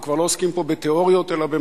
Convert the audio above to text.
אנחנו כבר לא עוסקים בתיאוריות, אלא במעשה.